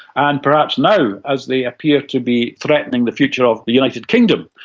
and perhaps now as they appear to be threatening the future of the united kingdom.